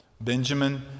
Benjamin